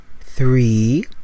three